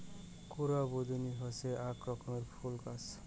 কুরা বুদনি হসে আক রকমের ফুল গাছ